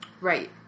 Right